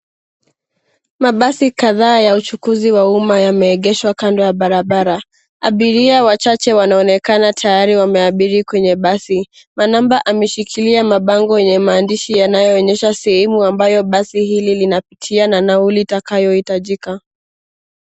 Mabasi kadhaa ya uchukuzi wa uma yameegeshwa kando ya barabara. Abiria wachache wanaonekana tayari wameabiri kwenye basi. Manamba ameshikilia mabango yenye maandishi yanyoonyesha sehemu basi hili linapitia na nauli itakayohitajika.